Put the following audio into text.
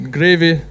Gravy